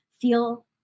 feel